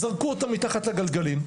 זרקו אותם מתחת לגלגלים,